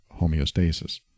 homeostasis